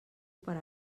per